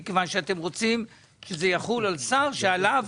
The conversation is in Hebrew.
מכיוון שאתם רוצים שזה יחול על שר שעליו